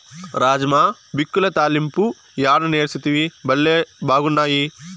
రాజ్మా బిక్యుల తాలింపు యాడ నేర్సితివి, బళ్లే బాగున్నాయి